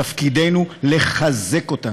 תפקידנו לחזק אותם.